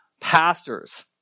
pastors